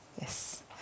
Yes